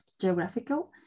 geographical